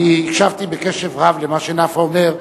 הקשבתי קשב רב למה שנפאע אומר,